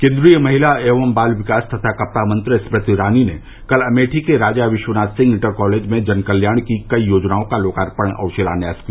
केन्द्रीय महिला एवं बाल विकास तथा कपड़ा मंत्री स्रृति ईरानी ने कल अमेठी के राजा विश्वनाथ सिंह इण्टर कालेज में जनकल्याण की कई योजनाओं का लोकार्पण और शिलान्यास किया